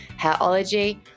hairology